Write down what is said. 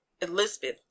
elizabeth